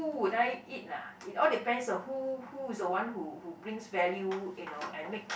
who would I eat lah it all depends on who who is the one who who brings value you know and make